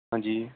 ਹਾਂਜੀ